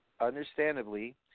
understandably